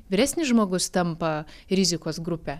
vyresnis žmogus tampa rizikos grupe